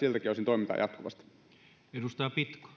siltäkin osin toimintaa jatkuvasti arvoisa